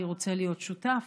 אני רוצה להיות שותף,